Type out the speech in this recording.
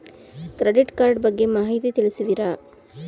Credit card ಬಗ್ಗೆ ಮಾಹಿತಿ ತಿಳಿಸುವಿರಾ?